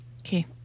Okay